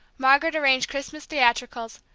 margaret arranged christmas theatricals,